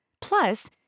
Plus